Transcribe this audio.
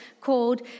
called